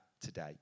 today